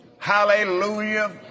Hallelujah